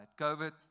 COVID